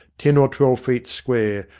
ten or twelve feet square,